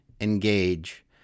engage